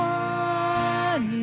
one